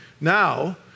now